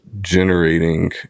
generating